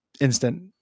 instant